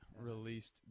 Released